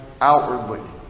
Outwardly